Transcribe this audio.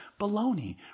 Baloney